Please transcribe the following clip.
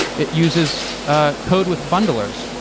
it uses code with bundlers,